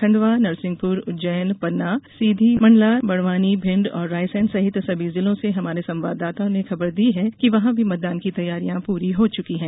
खंडवा नरसिंहपुर उज्जैन पन्ना सीधी मंडला बड़वानी भिंड और रायसेन सहित सभी जिलों से हमारे संवाददाताओं ने खबर दी है कि वहां भी मतदान की तैयारियां पूरी की जा चुकी हैं